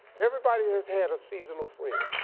everybody has had a seasonal friend.